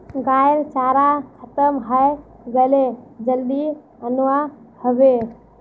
गाइर चारा खत्म हइ गेले जल्दी अनवा ह बे